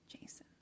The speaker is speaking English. jason